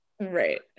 right